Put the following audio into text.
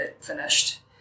finished